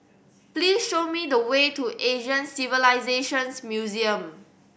please show me the way to Asian Civilisations Museum